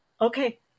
Okay